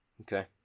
Okay